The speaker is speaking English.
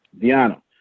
Diana